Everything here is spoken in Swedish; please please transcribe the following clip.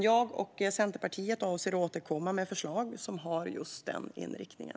Jag och Centerpartiet avser att återkomma med förslag som har just den inriktningen.